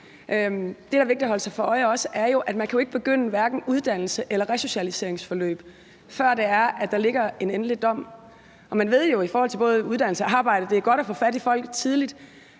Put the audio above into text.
Det, der er vigtigt også at holde sig for øje, er, at man jo ikke kan begynde hverken uddannelse eller resocialiseringsforløb, før der ligger en endelig dom, og i forhold til både uddannelse og arbejde ved man jo, at det er godt at få fat i folk tidligt.